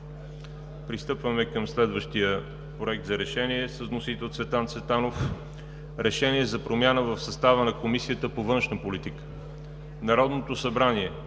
Пристъпваме към следващия Проект за решение с вносител Цветан Цветанов: „Проект! РЕШЕНИЕ за промяна в състава на Комисията по външна политика Народното събрание